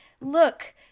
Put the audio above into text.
look